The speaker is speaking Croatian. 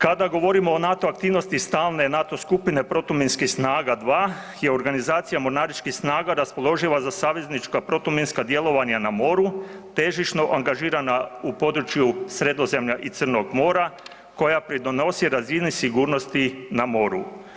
Kada govorimo o NATO aktivnosti stalne NATO skupine protuminskih Snaga 2 je organizacija mornaričkih snaga raspoloživa za saveznička protuminska djelovanja na moru težišno angažirana u području Sredozemlja i Crnog mora koja pridonosi razini sigurnosti na moru.